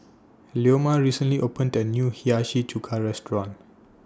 Leoma recently opened A New Hiyashi Chuka Restaurant